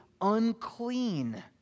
unclean